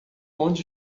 onde